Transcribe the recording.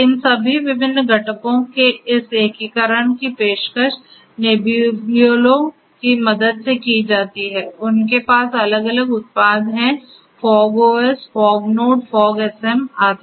इन सभी विभिन्न घटकों के इस एकीकरण की पेशकश नेबेबियोलो की मदद से की जाती है उनके पास अलग अलग उत्पाद हैं फॉग OS फॉगनोड फॉगSM आदि